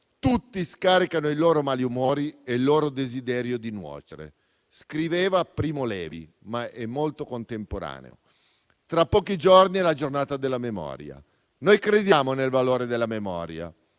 tutti scaricano i loro mali umori e il loro desiderio di nuocere». Così scriveva Primo Levi, ma questo pensiero è molto contemporaneo. Tra pochi giorni è il Giorno della memoria. Crediamo nel valore della memoria.